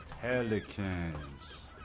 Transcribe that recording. pelicans